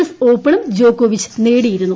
എസ്പ് ഓപ്പണും ജോക്കോവിച്ച് നേടിയിരുന്നു